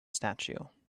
statue